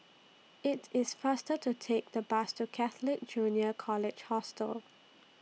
IT IS faster to Take The Bus to Catholic Junior College Hostel